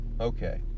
Okay